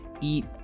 eat